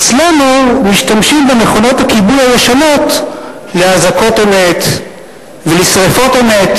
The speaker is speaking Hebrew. אצלנו משתמשים במכונות הכיבוי הישנות לאזעקות אמת ולשרפות אמת,